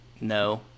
No